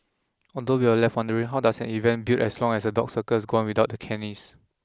although we're left wondering how does an event billed as a dog circus go on without the canines